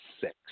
six